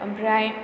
ओमफ्राय